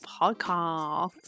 podcast